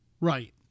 Right